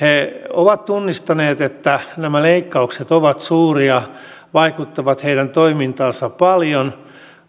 ovat tunnistaneet että nämä leikkaukset ovat suuria vaikuttavat heidän toimintaansa paljon